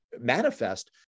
manifest